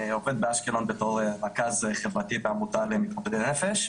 עובד באשקלון בתור רכז חברתי בעמותה למתמודדי נפש.